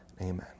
amen